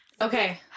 okay